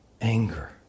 Anger